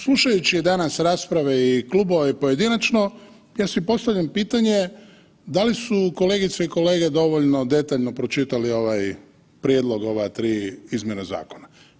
Slušajući i danas rasprave klubova i pojedinačno ja si postavljam pitanje da li su kolegice i kolege dovoljno detaljno pročitali prijedlog ova tri izmjena zakona.